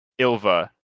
Ilva